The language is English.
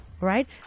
Right